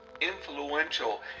influential